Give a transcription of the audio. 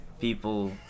people